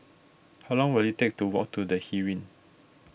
how long will it take to walk to the Heeren